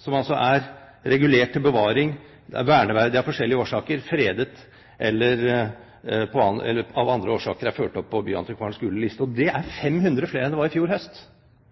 som er regulert til bevaring, de er verneverdige av forskjellige årsaker, fredet eller av andre årsaker ført opp på Byantikvarens Gule liste. Det er 500 flere enn i fjor høst. Byantikvaren har altså en aktivitet innen bevaring i